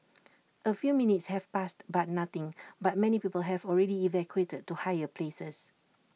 A few minutes have passed but nothing but many people have already evacuated to higher places